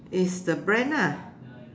it's the brand ah